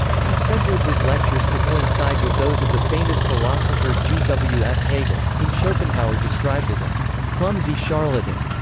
he scheduled his lectures to coincide with those of the famous philosopher g. w. f. hegel, whom schopenhauer described as a clumsy charlatan.